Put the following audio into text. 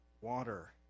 water